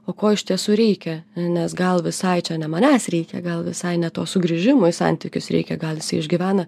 o ko iš tiesų reikia nes gal visai čia ne manęs reikia gal visai ne to sugrįžimo į santykius reikia gal jisai išgyvena